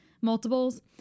multiples